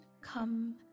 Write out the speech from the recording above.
come